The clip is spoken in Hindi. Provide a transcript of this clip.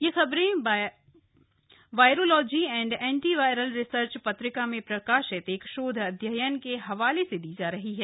ये खबरें virology and anti viral research पत्रिका में प्रकाशित एक शोध अध्यन के हवाले से दी जा रही है